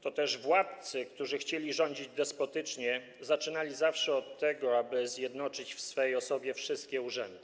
toteż władcy, którzy chcieli rządzić despotycznie, zaczynali zawsze od tego, aby zjednoczyć w swej osobie wszystkie urzędy.